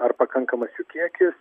ar pakankamas jų kiekis